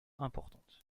importantes